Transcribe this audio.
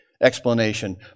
explanation